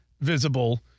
visible